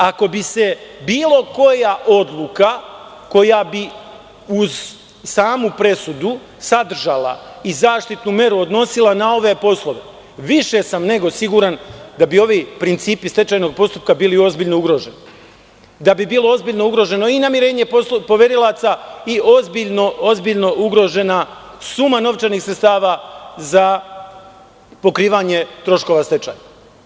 Ako bi se bilo koja odluka koja bi uz samu presudu sadržala i zaštitnu meru odnosila na ove poslove, više sam nego siguran da bi ovi principi stečajnog postupka bili ozbiljno ugroženi, da bi bilo ozbiljno ugroženo i namirenje poverilaca i ozbiljno ugrožena suma novčanih sredstava za pokrivanje troškova stečaja.